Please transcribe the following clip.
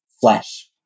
flesh